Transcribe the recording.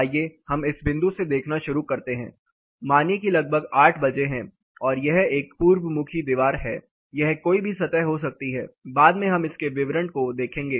आइए हम इस बिंदु से देखना शुरू करते हैं मानिये कि लगभग 8 बजे है और यह एक पूर्व मुखी दीवार है यह कोई भी सतह हो सकती है बाद में हम इसके विवरण को देखेंगे